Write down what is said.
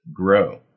grow